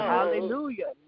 Hallelujah